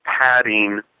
padding